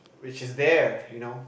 which is there you know